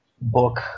book